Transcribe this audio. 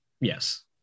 Yes